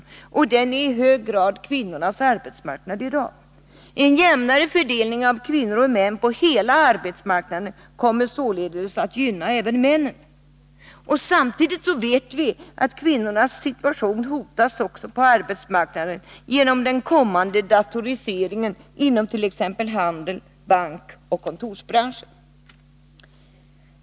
I dag är den i hög grad kvinnornas arbetsmarknad. En jämnare fördelning av kvinnor och män på hela arbetsmarknaden kommer således att gynna även männen. Samtidigt vet vi att kvinnornas situation på arbetsmarknaden hotas genom den kommande datoriseringen inom t.ex. handeln, bankväsendet och kontorsbranschen.